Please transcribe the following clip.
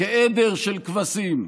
כעדר של כבשים.